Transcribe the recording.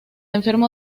enfermo